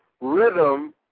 rhythm